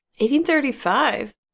1835